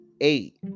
eight